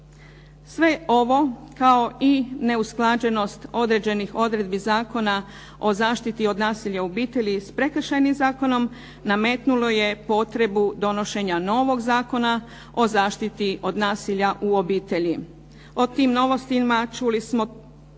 Sve ovo kao i neusklađenost određenih odredbi Zakona o zaštiti od nasilja u obitelji s Prekršajnim zakonom nametnulo je potrebu donošenja novog zakona o zaštiti od nasilja u obitelji. O tim novostima čuli smo